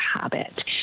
habit